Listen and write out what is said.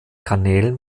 kanälen